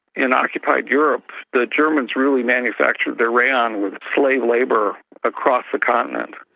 in occupied europe, the germans really manufactured their rayon with slave labour across the continent.